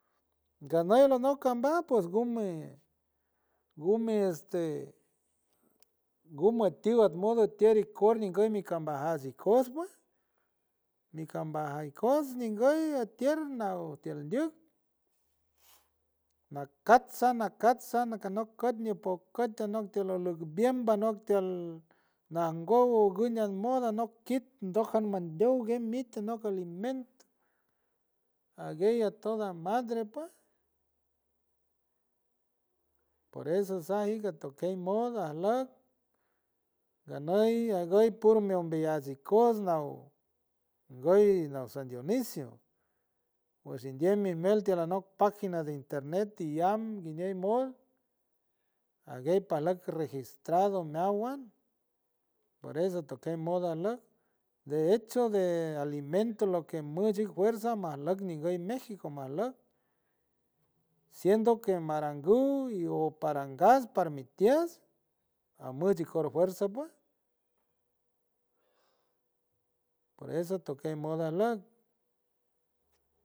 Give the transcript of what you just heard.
Canuy o no cambaj pues gume, gume este gume atyo admo de tiorico enguy mi cambajats ikoots pue mi cambajast ikoots nguy atier na uwtiel ndyuk nakatsa nakano cut ni opot cut ano tiel olo mbiembo banok tiel najnbow onjow ñan mo ando kit ndojamandiow gue mi ti noke alimento aguey ato da madre pue por eso sajit ato key moda a look ganoy agoy puro my umbeyuts ikoots nauw ngoy na san dioniso washiendei mi mel tiel anock pagina de internet y llam guiñen mo aguey palac registrado meowan por eso to key moda look de echo de alimento lo que mboy fuerza malok nguy méxico malok siendo que maranguy o parangast para mi ties amos eschu fuerza que por eso tokey moda look.